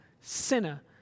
sinner